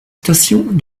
stations